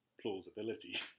plausibility